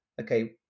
okay